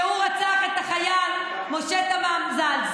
שהוא רצח את החייל משה תמם ז"ל.